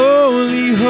Holy